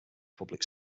public